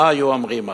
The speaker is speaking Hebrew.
מה היו אומרים אז?